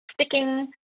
sticking